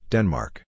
Denmark